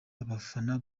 abafana